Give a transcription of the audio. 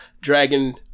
dragon